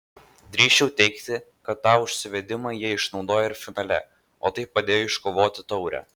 drįsčiau teigti kad tą užsivedimą jie išnaudojo ir finale o tai padėjo iškovoti taurę